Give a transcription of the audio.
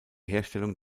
herstellung